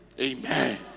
Amen